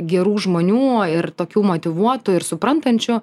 gerų žmonių ir tokių motyvuotų ir suprantančių